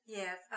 yes